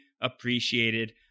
appreciated